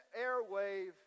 airwave